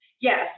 Yes